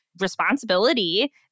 responsibility